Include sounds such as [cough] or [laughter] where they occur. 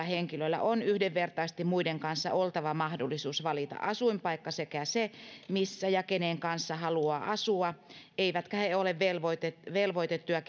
vammaisilla henkilöillä on yhdenvertaisesti muiden kanssa oltava mahdollisuus valita asuinpaikkansa sekä se missä ja kenen kanssa haluaa asua eivätkä he ole velvoitettuja velvoitettuja [unintelligible]